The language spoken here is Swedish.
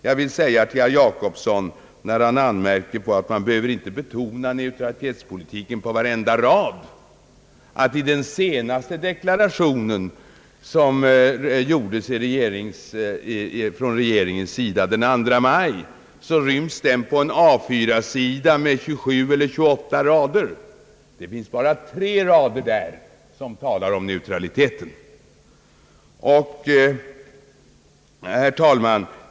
Jag vill säga till herr Jacobsson, när han anmärker på att man inte behöver betona neutralitetspolitiken »på varenda rad», att i den senaste deklarationen, som regeringen gjorde den 2 maj, ryms den på en A 4-sida med 27 eller 28 rader. Det finns bara tre rader där som talar om neutraliteten. Herr talman!